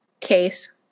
Case